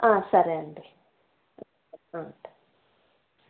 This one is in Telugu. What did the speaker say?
సరే అండి